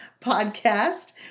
podcast